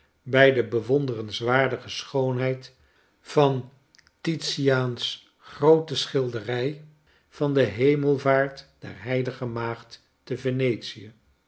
bij de bewonderenswaardige schoonheid van titiaan's groote schilderij van de hemelvaart der heilige maagd te venetie